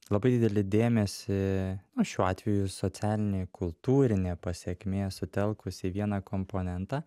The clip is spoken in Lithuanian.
labai didelį dėmesį na šiuo atveju socialinė kultūrinė pasekmė sutelkus į vieną komponentą